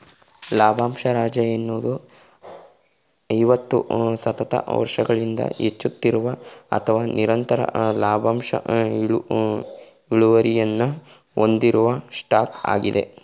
ಲಾಭಂಶ ರಾಜ ಎನ್ನುವುದು ಐವತ್ತು ಸತತ ವರ್ಷಗಳಿಂದ ಹೆಚ್ಚುತ್ತಿರುವ ಅಥವಾ ನಿರಂತರ ಲಾಭಾಂಶ ಇಳುವರಿಯನ್ನ ಹೊಂದಿರುವ ಸ್ಟಾಕ್ ಆಗಿದೆ